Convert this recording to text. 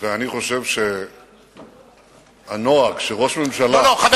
ואני חושב שהנוהג שראש ממשלה, לא, חבר